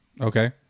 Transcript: Okay